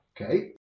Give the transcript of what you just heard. Okay